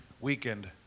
weekend